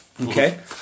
okay